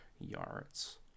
yards